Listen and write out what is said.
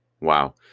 Wow